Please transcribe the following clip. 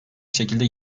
şekilde